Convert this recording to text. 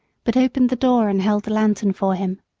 but opened the door and held the lantern for him.